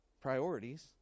priorities